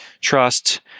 trust